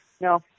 no